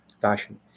fashion